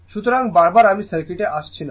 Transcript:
সুতরাং বারবার আমি সার্কিটে আসিনি